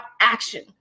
action